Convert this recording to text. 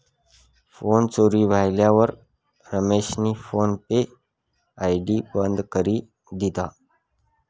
phone चोरी व्हयेलवर रमेशनी फोन पे आय.डी बंद करी दिधा